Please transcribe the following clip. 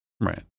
Right